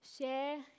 Share